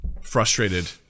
frustrated